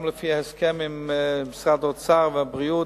גם לפי ההסכם עם משרדי האוצר והבריאות,